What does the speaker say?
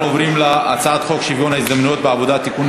אנחנו עוברים להצעת חוק שוויון ההזדמנויות בעבודה (תיקון,